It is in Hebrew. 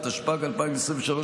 התשפ"ג 2023,